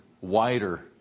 wider